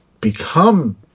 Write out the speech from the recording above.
become